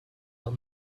are